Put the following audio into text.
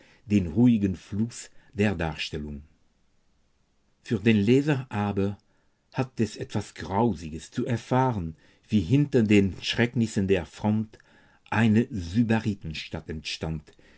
den ruhigen fluß der darstellung für den leser aber hat es etwas grausiges zu erfahren wie hinter den schrecknissen der front eine sybaritenstadt entstand